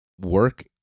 work